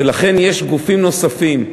ולכן יש גופים נוספים,